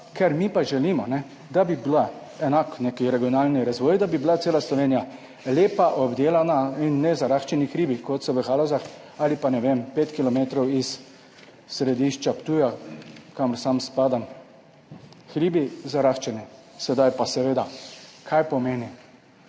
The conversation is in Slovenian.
ker mi pa želimo, da bi bila enak neki regionalni razvoj, da bi bila cela Slovenija lepa, obdelana in ne zaraščeni hribi, kot so v Halozah ali pa, ne vem, 5 kilometrov iz središča Ptuja, kamor sam spadam, hribi zaraščeni. Sedaj pa seveda, kaj pomeni,